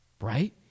right